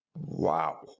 Wow